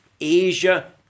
Asia